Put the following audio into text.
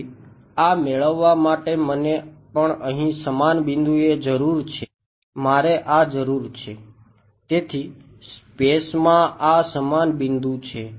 તેથી આ મેળવવા માટે મને પણ અહીં સમાન બિંદુએ જરુર છે મારે આ જરૂર છે તેથી સ્પેસમાં આ સમાન બિંદુ છે